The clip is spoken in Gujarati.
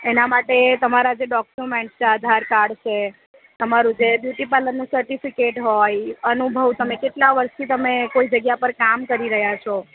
એના માટે તમારા જે ડોક્યુમેન્ટ છે આધાર કાર્ડ છે તમારું જે બ્યુટી પાર્લરનું સર્ટિફિકેટ હોય અનુભવ તમારે કેટલા વર્ષથી તમે કોઈ જગ્યા પર કામ કરી રહ્યા છો